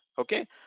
okay